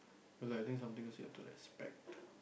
like think something to say to respect